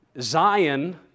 Zion